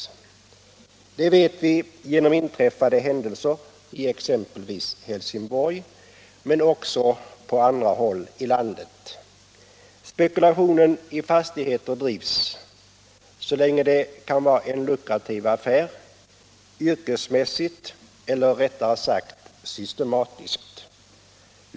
Det vet vi genom inträffade händelser i Helsingborg men också på andra håll i landet. Spekulationen i fastigheter drivs — så länge det kan vara en lukrativ affär — yrkesmässigt eller rättare sagt systematiskt.